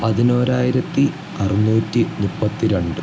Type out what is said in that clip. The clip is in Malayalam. പതിനോരായിരത്തി അറുനൂറ്റി മുപ്പത്തി രണ്ട്